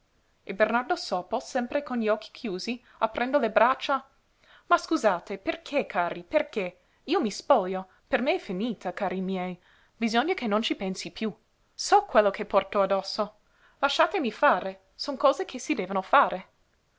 mortificazioni e bernardo sopo sempre con gli occhi chiusi aprendo le braccia ma scusate perché cari perché io mi spoglio per me è finita cari miei bisogna che non ci pensi piú so quello che porto addosso lasciatemi fare son cose che si devono fare